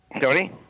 Tony